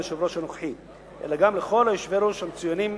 היושב-ראש הנוכחי אלא גם לכל היושבים-ראש המצוינים